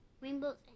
Rainbows